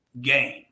game